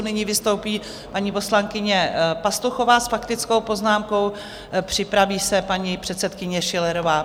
Nyní vystoupí paní poslankyně Pastuchová s faktickou poznámkou, připraví se paní předsedkyně Schillerová.